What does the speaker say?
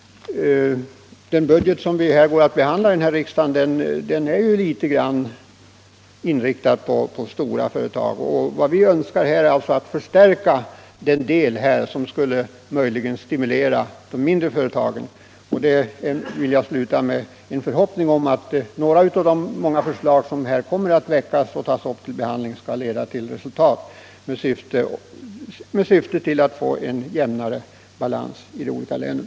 Den budget som vi går att behandla i riksdagen är också i viss mån inriktad på stora företag, och vad vi önskar göra är att förstärka den del som möjligen skulle stimulera de mindre företagen. Jag vill därför sluta med att uttala en förhoppning om att några av de många förslag som vi kommer att väcka och ta upp till behandling i riksdagen skall leda till resultat med syfte att få en jämnare balans i de olika länen.